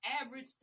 average